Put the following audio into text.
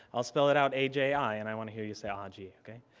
i'll spell it out a j i and i want to hear you sat aji, okay?